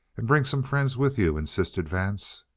and bring some friends with you, insisted vance.